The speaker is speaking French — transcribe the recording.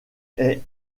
est